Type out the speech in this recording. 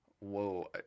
Whoa